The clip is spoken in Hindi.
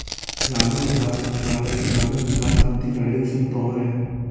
ग्रामीण विकास मंत्रालय के ग्रामीण विकास मंत्री नरेंद्र सिंह तोमर है